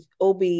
OB